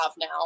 now